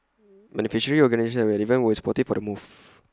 beneficiary organisations at the event were supportive of the move